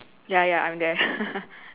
ya ya I'm there